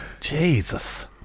Jesus